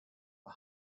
for